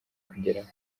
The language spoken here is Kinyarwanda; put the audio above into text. kugeraho